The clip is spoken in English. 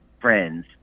friends